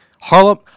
Harlem